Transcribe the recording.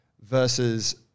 versus